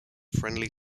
friendly